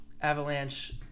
Avalanche